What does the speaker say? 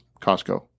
Costco